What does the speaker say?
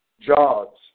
Jobs